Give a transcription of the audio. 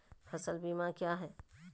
फ़सल बीमा क्या है?